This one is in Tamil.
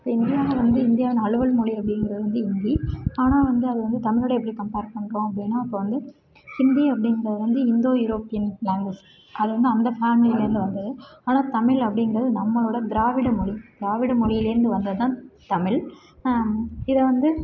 இந்தியாவில வந்து இந்தியாவின் அலுவல் மொழி அப்படிங்கிறது வந்து ஹிந்தி ஆனால் வந்து அது வந்து தமிழோட எப்படி கம்பேர் பண்ணுறோம் அப்படின்னா இப்போ வந்து ஹிந்தி அப்படிங்கிறது வந்து இந்தோ ஈரோப்பியன் லேங்வேஜ் அது வந்து அந்த ஃபேம்லிலந்து வந்தது ஆனால் தமிழ் அப்படிங்கிறது நம்மளோட திராவிட மொழி திராவிட மொழிலந்து வந்தது தான் தமிழ் இதை வந்து